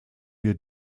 wir